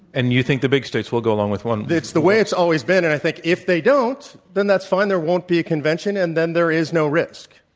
you think the big states will go along with one it's the way it's always been. and i think if they don't, then that's fine. there won't be a convention, and then there is no risk.